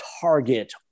target